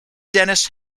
dennis